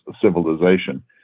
civilization